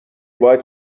باید